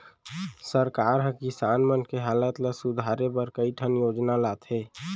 सरकार हर किसान मन के हालत ल सुधारे बर कई ठन योजना लाथे